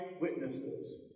Witnesses